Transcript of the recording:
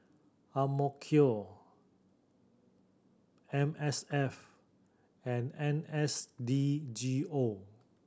Amico M S F and N S D G O